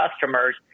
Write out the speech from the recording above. customers